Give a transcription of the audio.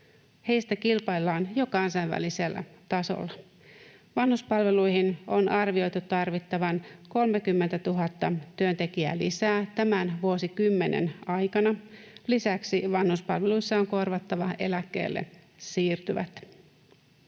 heistä kilpaillaan jo kansainvälisellä tasolla. Vanhuspalveluihin on arvioitu tarvittavan 30 000 työntekijää lisää tämän vuosikymmenen aikana. Lisäksi vanhuspalveluissa on korvattava eläkkeelle siirtyvät.